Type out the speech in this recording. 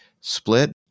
split